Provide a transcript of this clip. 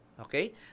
Okay